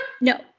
No